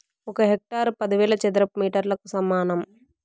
ఒక హెక్టారు పదివేల చదరపు మీటర్లకు సమానం